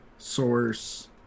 Source